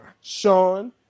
Sean